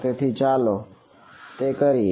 તેથી ચાલો તે કરીએ